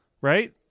Right